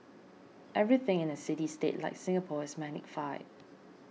everything in a city state like Singapore is magnified